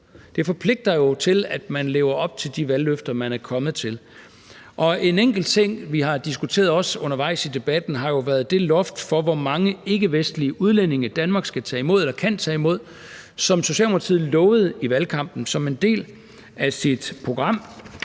Det forpligter jo til, at man lever op til de valgløfter, man er kommet med. En enkelt ting, vi har diskuteret undervejs i debatten, har været det loft for, hvor mange ikkevestlige udlændinge Danmark kan tage imod, som Socialdemokratiet lovede i valgkampen som en del af sit program